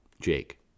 Jake